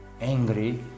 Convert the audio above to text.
angry